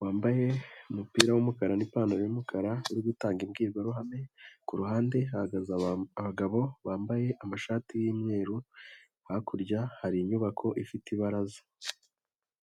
wambaye umupira w'umukara n'ipantaro y'umukara, uri gutanga imbwirwaruhame, ku ruhande hagaze abagabo bambaye amashati y'umweru, hakurya hari inyubako ifite ibaraza.